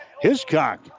Hiscock